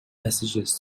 messages